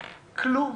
כלום.